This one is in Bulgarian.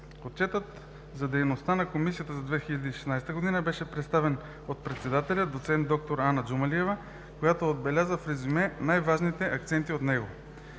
Отчетът за дейността на Комисията за 2016 г. беше представен от председателя – доц. д-р Ана Джумалиева, която отбеляза в резюме най-важните акценти в него.